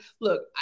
look